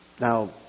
Now